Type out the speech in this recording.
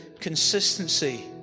consistency